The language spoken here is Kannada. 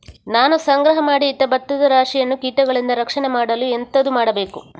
ನಾನು ಸಂಗ್ರಹ ಮಾಡಿ ಇಟ್ಟ ಭತ್ತದ ರಾಶಿಯನ್ನು ಕೀಟಗಳಿಂದ ರಕ್ಷಣೆ ಮಾಡಲು ಎಂತದು ಮಾಡಬೇಕು?